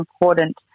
important